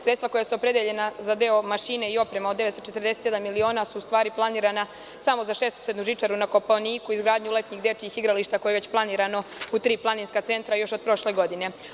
Sredstva koja su opredeljena za mašine i opremu od 947 miliona su u stvari planirana samo za šestosednu žičaru na Kopaoniku, izgradnju letnjih dečijih igrališta, koja su planirana u tri planinska centra još od prošle godine.